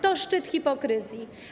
To szczyt hipokryzji.